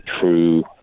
true